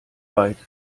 byte